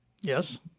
Yes